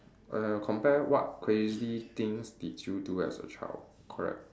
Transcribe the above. uh compare what crazy things did you do as a child correct